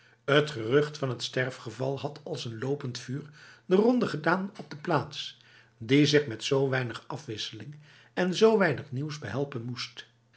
het gerucht van het sterfgeval had als een lopend vuur de ronde gedaan op de plaats die zich met zo weinig afwisseling en zo weinig nieuws behelpen moest